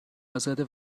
آزاده